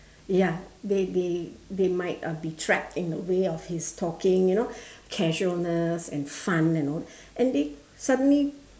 ya they they they might uh be trapped in the way of his talking you know casualness and fun and all and they suddenly